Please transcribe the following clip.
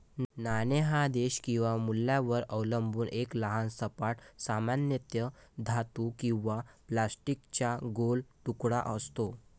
नाणे हा देश किंवा मूल्यावर अवलंबून एक लहान सपाट, सामान्यतः धातू किंवा प्लास्टिकचा गोल तुकडा असतो